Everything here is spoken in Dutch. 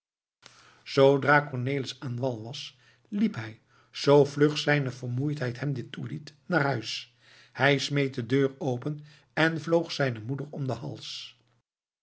zoodra cornelis aan wal was liep hij zoo vlug zijne vermoeidheid hem dit toeliet naar huis hij smeet de deur open en vloog zijne moeder om den hals